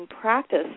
practice